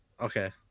Okay